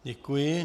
Děkuji.